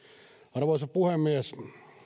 arvoisa puhemies